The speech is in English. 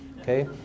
okay